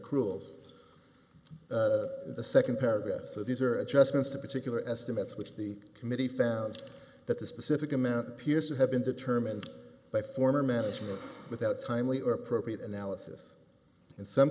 in the second paragraph so these are adjustments to particular estimates which the committee found that the specific amount piercer have been determined by former management without timely or appropriate analysis in some